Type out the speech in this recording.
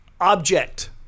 object